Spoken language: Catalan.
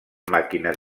màquines